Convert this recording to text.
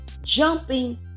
jumping